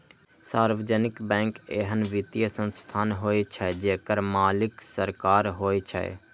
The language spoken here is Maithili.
सार्वजनिक बैंक एहन वित्तीय संस्थान होइ छै, जेकर मालिक सरकार होइ छै